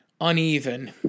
uneven